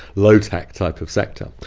low-tech type of sector.